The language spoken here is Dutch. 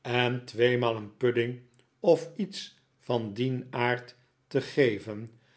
en tweemaal een pudding of iets van dien aard te geven